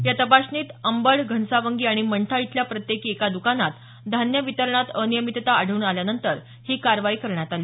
या तपासणीत अंबड घनसावंगी आणि मंठा इथल्या प्रत्येकी एका दुकानात धान्य वितरणात अनियमितता आढळून आल्यानंतर ही कारवाई करण्यात आली